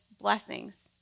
blessings